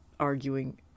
arguing